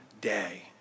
day